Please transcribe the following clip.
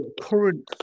current